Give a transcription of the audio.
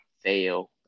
fail